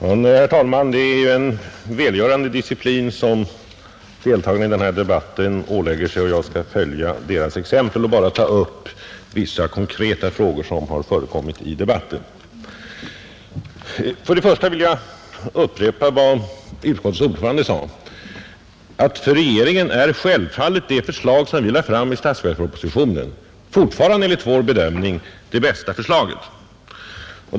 Herr talman! Det är ju en välgörande disciplin som deltagarna i denna diskussion ålägger sig, och jag skall följa exemplet och bara ta upp vissa konkreta frågor som förekommit i debatten. Först vill jag upprepa vad utskottets ordförande framhöll, nämligen att det förslag som vi lade fram i statsverkspropositionen enligt regeringens bedömning självfallet fortfarande är det bästa.